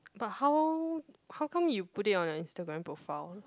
but how how come you put it on your Instagram profile